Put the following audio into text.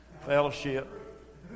Fellowship